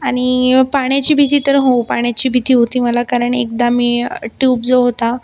आणि पाण्याची भीती तर हो पाण्याची भीती होती मला कारण एकदा मी ट्यूब जो होता